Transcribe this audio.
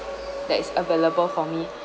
that is available for me